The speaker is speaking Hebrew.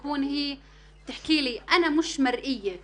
לדוגמה, המשפחה הזאת צריכה לפחות 40 דקות.